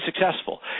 successful